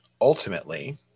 ultimately